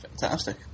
Fantastic